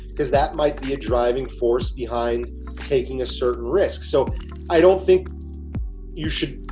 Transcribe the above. because that might be a driving force behind taking a certain risk. so i don't think you should.